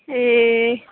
ए